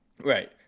Right